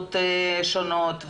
מחלות שונות,